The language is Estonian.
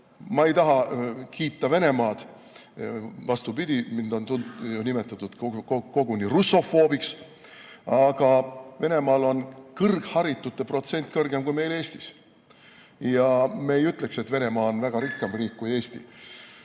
Ma ei taha kiita Venemaad. Vastupidi, mind on nimetatud koguni russofoobiks. Aga Venemaal on kõrgharitute protsent kõrgem kui meil Eestis. Me ju ei ütleks, et Venemaa on väga palju rikkam riik kui Eesti.